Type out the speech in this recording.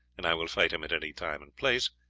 and i will fight him at any time and place,